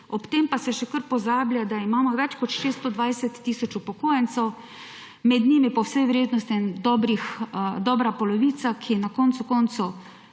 Ob tem se pa še kar pozablja, da imamo več kot 620 tisoč upokojencev, med njimi je po vsej verjetnosti dobra polovica, ki na koncu koncev